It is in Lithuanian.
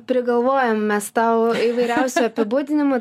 prigalvojom mes tau įvairiausių apibūdinimų